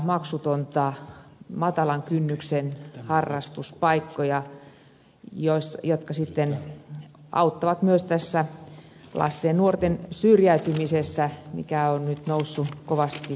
ilmaisia maksuttomia matalan kynnyksen harrastuspaikkoja jotka sitten auttavat myös tässä lasten ja nuorten syrjäytymisen ehkäisemisessä mikä on nyt noussut kovasti tapetille